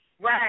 Right